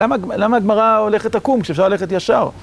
למה הגמרא הולכת עקום כשאפשר ללכת ישר?